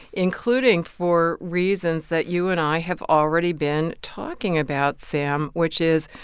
including for reasons that you and i have already been talking about, sam, which is,